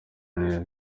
neza